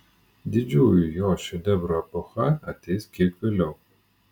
didžiųjų jo šedevrų epocha ateis kiek vėliau